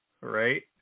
right